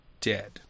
dead